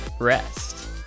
rest